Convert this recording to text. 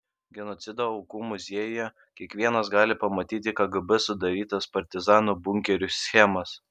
genocido aukų muziejuje kiekvienas gali pamatyti kgb sudarytas partizanų bunkerių schemas